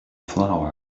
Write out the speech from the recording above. flower